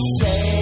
say